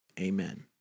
amen